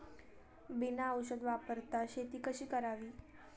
बिना औषध वापरता शेती कशी करावी?